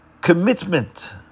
commitment